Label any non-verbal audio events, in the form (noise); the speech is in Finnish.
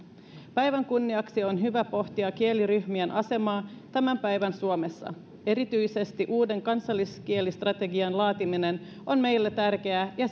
päivän kunniaksi on hyvä pohtia kieliryhmien asemaa tämän päivän suomessa erityisesti uuden kansalliskielistrategian laatiminen on meille tärkeää ja (unintelligible)